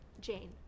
Jane